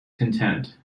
content